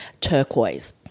turquoise